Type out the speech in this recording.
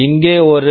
இங்கே ஒரு யூ